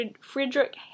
Frederick